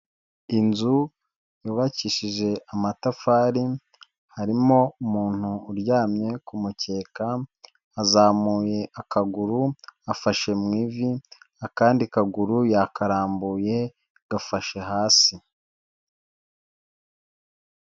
Inzu yubakishije amatafari, harimo umuntu uryamye ku mukeka, azamuye akaguru afashe mu ivi, akandi kaguru yakarambuye gafashe hasi.